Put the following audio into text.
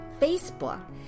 Facebook